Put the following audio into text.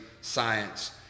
science